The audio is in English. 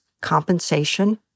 compensation